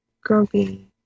Grumpy